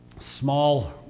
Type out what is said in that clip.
small